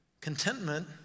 Contentment